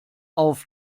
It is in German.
auf